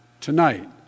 tonight